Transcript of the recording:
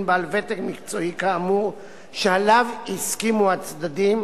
בעל ותק מקצועי כאמור שעליו הסכימו הצדדים,